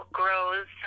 grows